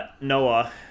Noah